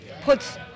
puts